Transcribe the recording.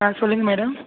ஆ சொல்லுங்கள் மேடம்